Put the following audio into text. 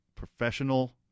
Professional